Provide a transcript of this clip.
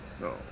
No